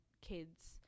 kids